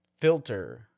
filter